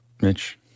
Mitch